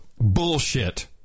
Bullshit